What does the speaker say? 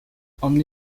only